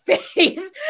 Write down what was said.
face